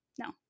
No